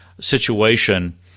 situation